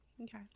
Okay